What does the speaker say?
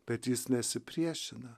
bet jis nesipriešina